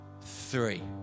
three